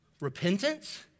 Repentance